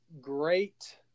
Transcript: great